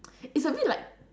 it's a bit like